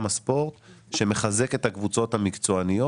הספורט שמחזק את הקבוצות המקצועניות.